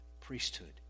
priesthood